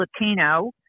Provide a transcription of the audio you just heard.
Latino